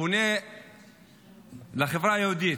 פונה לחברה היהודית,